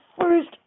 first